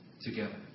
together